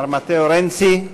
מר מתאו רנצי.